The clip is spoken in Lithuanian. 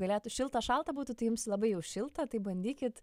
galėtų šilta šalta būtų tai jums labai jau šilta tai bandykit